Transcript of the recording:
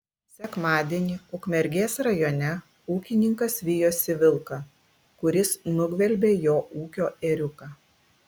sekmadienį ukmergės rajone ūkininkas vijosi vilką kuris nugvelbė jo ūkio ėriuką